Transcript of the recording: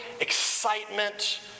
excitement